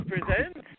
presents